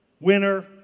winner